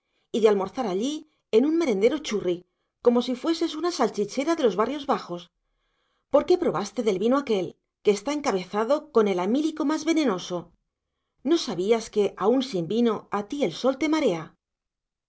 y de almorzar allí en un merendero churri como si fueses una salchichera de los barrios bajos por qué probaste del vino aquel que está encabezado con el amílico más venenoso no sabías que aun sin vino a ti el sol te marea